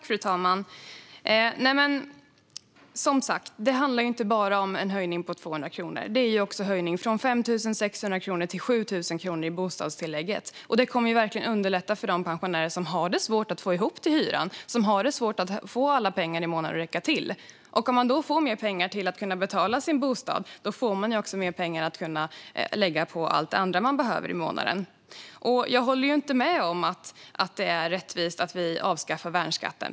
Fru talman! Som sagt - det handlar inte bara om en höjning på 200 kronor. Vi höjer också bostadstillägget från 5 600 till 7 000 kronor, och det kommer verkligen att underlätta för de pensionärer som har svårt att få ihop till hyran och att få pengarna att räcka till hela månaden. Om man får mer pengar för att kunna betala sin bostad får man också mer pengar att lägga på allt annat man behöver varje månad. Jag håller inte med om att det är rättvist att avskaffa värnskatten.